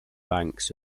banks